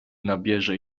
nabierze